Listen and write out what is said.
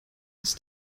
ist